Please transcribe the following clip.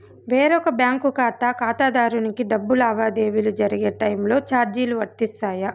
వేరొక బ్యాంకు ఖాతా ఖాతాదారునికి డబ్బు లావాదేవీలు జరిగే టైములో చార్జీలు వర్తిస్తాయా?